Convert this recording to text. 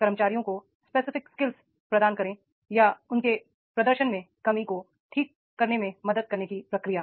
कर्मचारियों को specific skills प्रदान करने या उनके प्रदर्शन में कमी को ठीक करने में मदद करने की प्रक्रिया